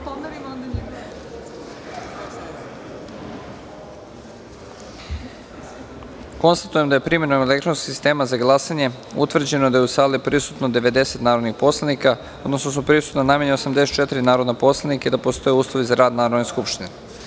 Konstatujem da je, primenom elektronskog sistema za glasanje, utvrđeno da su u sali prisutno 90 narodnih poslanika, odnosno da su prisutna najmanje 84 narodna poslanika i da postoje uslovi za rad Narodne skupštine.